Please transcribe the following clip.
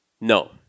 no